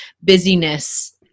busyness